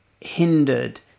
hindered